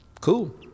cool